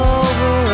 over